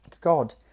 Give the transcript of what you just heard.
God